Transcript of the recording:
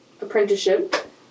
Apprenticeship